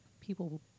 people